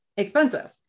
Expensive